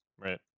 Right